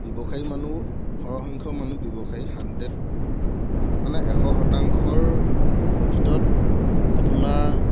ব্যৱসায়ী মানুহ সৰহ সংখ্যক মানুহ ব্যৱসায়ী হাণ্ড্ৰেড মানে এশ শতাংশৰ ভিতৰত আপোনাৰ